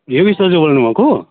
योगेश दाजु बोल्नु भएको